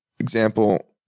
example